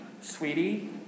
Sweetie